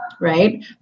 right